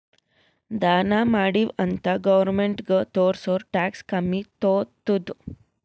ದಾನಾ ಮಾಡಿವ್ ಅಂತ್ ಗೌರ್ಮೆಂಟ್ಗ ತೋರ್ಸುರ್ ಟ್ಯಾಕ್ಸ್ ಕಮ್ಮಿ ತೊತ್ತುದ್